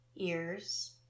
Ears